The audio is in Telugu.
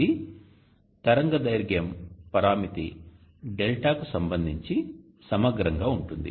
ఇది తరంగదైర్ఘ్యం పరామితి λ డెల్టా కు సంబంధించి సమగ్రంగా ఉంటుంది